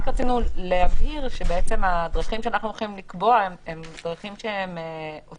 רק רצינו להבהיר שהדברים שאנחנו הולכים לקבוע הן דרכים אוטומטיות.